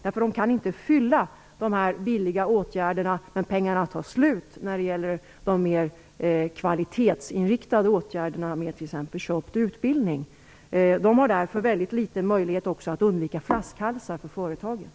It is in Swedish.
De kan inte fylla de "billiga" åtgärderna, och pengarna tar slut när det gäller mera kvalitetsinriktade åtgärder med t.ex. köpt utbildning. Det finns därför väldigt små möjligheter att undvika flaskhalsar på företagen.